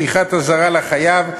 שליחת אזהרה לחייב,